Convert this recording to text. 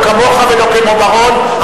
לא כמוך ולא כמו בר-און,